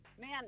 Man